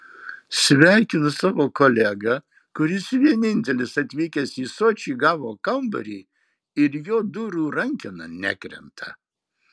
sveikinu savo kolegą kuris vienintelis atvykęs į sočį gavo kambarį ir jo durų rankena nekrenta